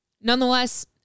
nonetheless